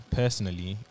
personally